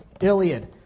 Iliad